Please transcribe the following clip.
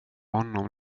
honom